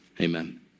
Amen